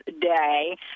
day